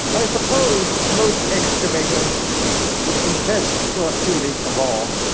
i suppose most excavators would confess to a feeling of awe,